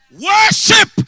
Worship